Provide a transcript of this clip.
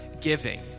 giving